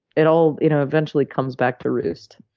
it all you know eventually comes back to roost.